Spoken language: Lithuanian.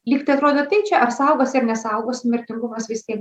lyg tai atrodo tai čia ar saugosi ar nesaugosi mirtingumas vis tiek